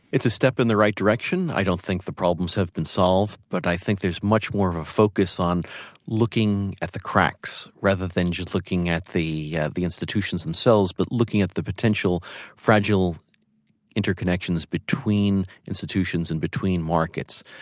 it's a step in the right direction. i don't think the problems have been solved, but i think there's much more of a focus on looking at the cracks rather than just looking at the yeah the institutions themselves, but looking at the potential fragile interconnections between institutions and between markets.